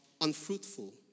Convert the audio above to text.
unfruitful